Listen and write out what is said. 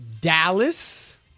Dallas